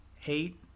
hate